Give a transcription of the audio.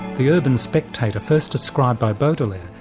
the urban spectator first described by baudelaire,